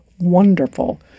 wonderful